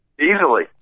Easily